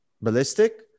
ballistic